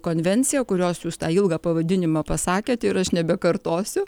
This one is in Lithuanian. konvenciją kurios jūs tą ilgą pavadinimą pasakėt ir aš nebekartosiu